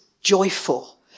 joyful